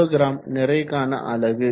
kg நிறைக்கான அலகு